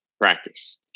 practice